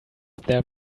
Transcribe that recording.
there